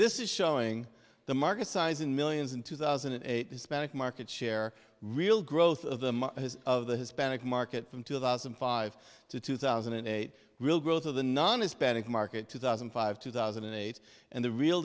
this is showing the market size in millions in two thousand and eight hispanic market share real growth of the of the hispanic market from two thousand and five to two thousand and eight real growth of the non hispanic market two thousand and five two thousand and eight and the real